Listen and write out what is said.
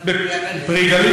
"פרי הגליל".